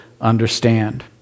understand